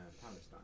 Palestine